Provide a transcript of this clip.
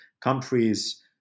countries